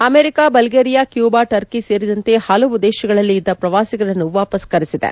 America Bulgaria Cuba Turkey ಸೇರಿದಂತೆ ಹಲವು ದೇಶಗಳಲ್ಲಿ ಇದ್ದ ಪ್ರವಾಸಿಗರನ್ನು ವಾಪಸ್ ಕರೆಸಿದೆ